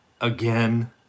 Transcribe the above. again